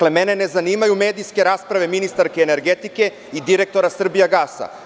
Mene ne zanimaju medijske rasprave ministarke energetike i direktora „Srbijagasa“